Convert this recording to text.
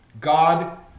God